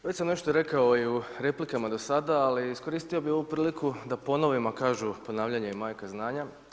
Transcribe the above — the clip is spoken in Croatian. Već sam nešto rekao i u replikama do sada, ali iskoristio bih ovu priliku da ponovim, a kažu ponavljanje je majka znanja.